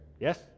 Yes